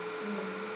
mm